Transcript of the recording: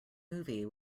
movie